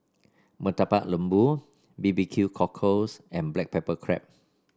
Murtabak Lembu B B Q Cockles and Black Pepper Crab